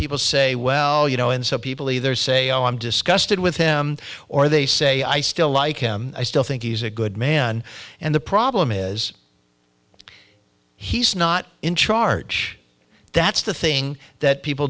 people say well you know and so people either say oh i'm disgusted with him or they say i still like him i still think he's a good man and the problem is he's not in charge that's the thing that people